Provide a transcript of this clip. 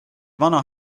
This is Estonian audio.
vana